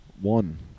one